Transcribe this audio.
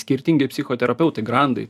skirtingi psichoterapeutai grandai